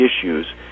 issues